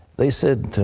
they said,